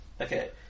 Okay